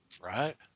Right